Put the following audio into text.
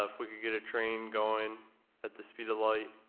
ah if we could get a train going at the speed of light,